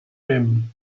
him